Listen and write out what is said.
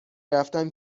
رفتم